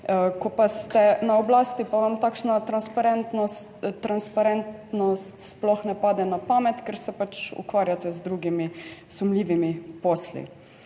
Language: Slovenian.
ko pa ste na oblasti, pa vam takšna transparentnost sploh ne pade na pamet, ker se pač ukvarjate z drugimi sumljivimi posli.